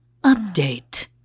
update